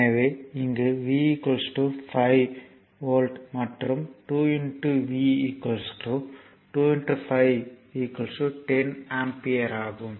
இப்போது இங்கு V 5 volt மற்றும் 2 V 2 5 10 ஆம்பியர் ஆகும்